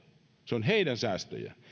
se on heidän säästöjään